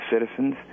citizens